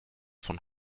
von